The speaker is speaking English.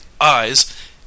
eyes